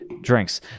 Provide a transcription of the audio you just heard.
drinks